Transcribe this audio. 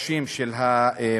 הקשים של המנופאים.